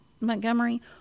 montgomery